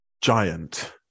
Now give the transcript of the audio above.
giant